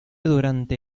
durante